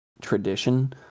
tradition